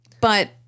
But-